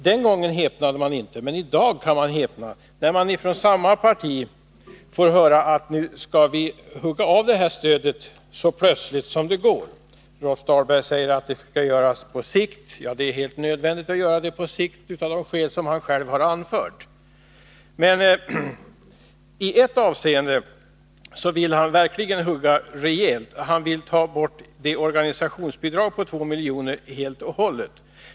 Den gången häpnade man inte, men i dag gör man det, när det från samma parti föreslås att vi skall hugga av samlingslokalstödet så fort som möjligt. Rolf Dahlberg säger att det skall göras på sikt. Ja, det är helt nödvändigt att göra det på sikt, av de skäl som han själv har anfört. Men i ett avseende vill han verkligen hugga rejält — han vill nämligen ta bort organisationsbidraget på 2 miljoner helt och hållet.